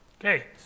Okay